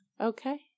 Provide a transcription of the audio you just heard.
Okay